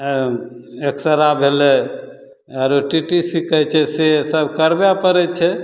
एँ एक्सरा भेलै आओर सीटी स्कैन छै सेसब करबै पड़ै छै